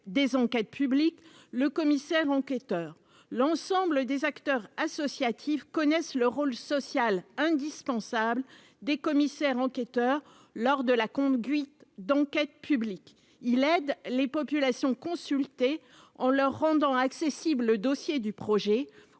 des enquêtes publiques, le commissaire enquêteur, l'ensemble des acteurs associatifs connaissent le rôle social indispensable des commissaires enquêteurs lors de la conduite d'enquêtes publiques, il aide les populations consultées en leur rendant accessible le dossier du projet